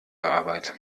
arbeit